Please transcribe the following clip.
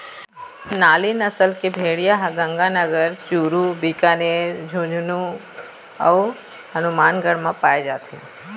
नाली नसल के भेड़िया ह गंगानगर, चूरू, बीकानेर, झुंझनू अउ हनुमानगढ़ म पाए जाथे